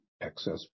excess